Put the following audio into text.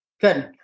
Good